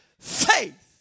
faith